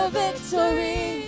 victory